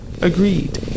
Agreed